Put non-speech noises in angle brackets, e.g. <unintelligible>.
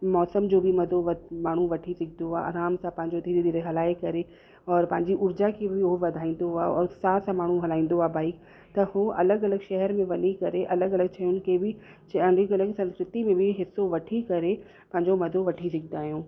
मौसम जो बि मज़ो माण्हू वठी सघंदो आहे आराम सां पंहिंजी धीरे धीरे हलाए करे और पंहिंजी ऊर्जा खे बि उहो वधाईंदो आहे और साह सां माण्हू हलाईंदो आहे बाइक त हू अलॻि अलॻि शहर में वञी करे अलॻि अलॻि शयुनि खे बि <unintelligible> संस्कृति में बि हिसो वठी करे पंहिंजो मज़ो वठी सघंदा आहियूं